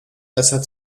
besser